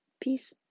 peace